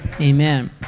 Amen